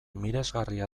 miresgarria